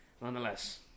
Nonetheless